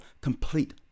complete